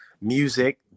Music